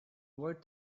avoid